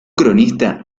cronista